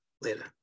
later